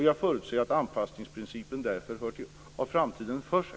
Jag förutser att anpassningsprincipen därför har framtiden för sig.